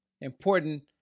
important